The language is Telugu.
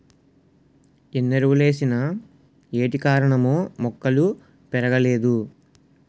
ఎన్నెరువులేసిన ఏటికారణమో మొక్కలు పెరగలేదు